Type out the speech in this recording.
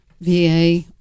VA